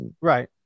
Right